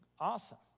awesome